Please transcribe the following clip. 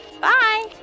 Bye